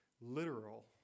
literal